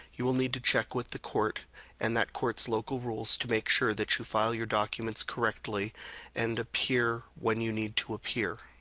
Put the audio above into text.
you will need to check with the court and that court s local rules to make sure that you file your documents correctly and appear when you need to appear.